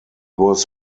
was